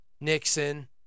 Nixon